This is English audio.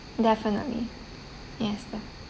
definitely yes def~